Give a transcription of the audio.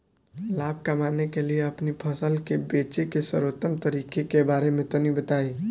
लाभ कमाने के लिए अपनी फसल के बेचे के सर्वोत्तम तरीके के बारे में तनी बताई?